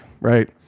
right